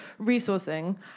resourcing